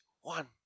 one